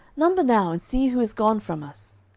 number now, and see who is gone from us.